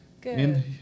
Good